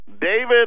David